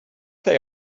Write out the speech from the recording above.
they